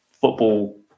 football